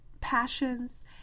passions